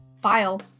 file